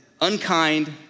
unkind